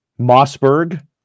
Mossberg